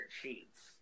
Sheets